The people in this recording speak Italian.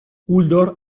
uldor